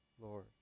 Lord